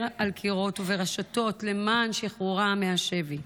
על קירות וברשתות למען שחרורה מהשבי.